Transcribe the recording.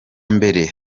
mbere